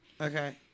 okay